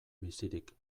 bizirik